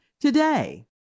today